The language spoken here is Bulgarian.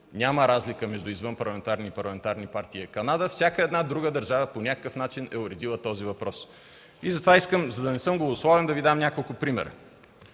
няма разлика между извънпарламентарни и парламентарни партии, е Канада. Всяка друга държава по някакъв начин е уредила този въпрос. За да не съм голословен, ще Ви дам няколко примера.